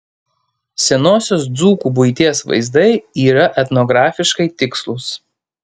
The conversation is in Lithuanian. senosios dzūkų buities vaizdai yra etnografiškai tikslūs